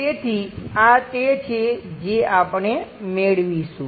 તેથી આ તે છે જે આપણે મેળવીશું